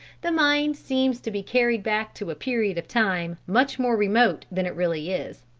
the mind seems to be carried back to a period of time much more remote than it really is.